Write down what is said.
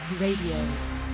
Radio